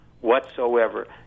whatsoever